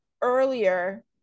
earlier